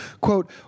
quote